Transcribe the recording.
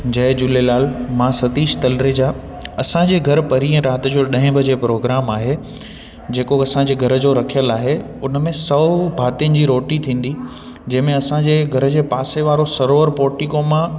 जय झूलेलाल मां सतीश तलरेजा असांजे घरु पणीह राति जो ॾहें बजे प्रोग्राम आहे जेको असांजे घर जो रखियलु आहे उन में सौ भातियुनि जी रोटी थींदी जंहिंमें असांजे घर जे पासे वारो सरोवर पोर्टिको मां